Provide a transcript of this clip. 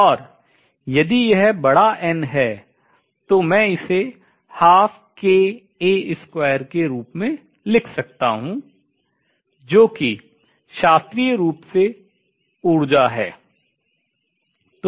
और यदि यह बड़ा n है तो मैं इसे के रूप में लिख सकता हूँ जो कि शास्त्रीय रूप से ऊर्जा है